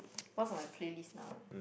what's on my play list now ah